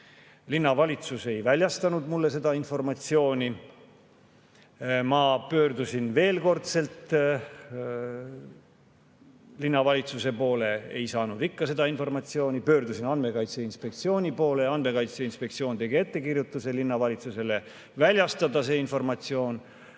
Linnavalitsus ei väljastanud mulle seda informatsiooni. Ma pöördusin veel kord linnavalitsuse poole, aga ei saanud ikka seda informatsiooni. Pöördusin Andmekaitse Inspektsiooni poole, Andmekaitse Inspektsioon tegi linnavalitsusele ettekirjutuse see informatsioon